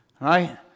Right